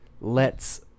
lets